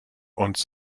uns